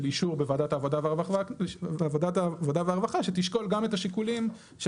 אישור בוועדת העבודה והרווחה שתשקול גם את השיקולים של